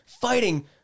fighting